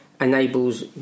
enables